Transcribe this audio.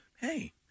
hey